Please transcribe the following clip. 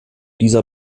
dieser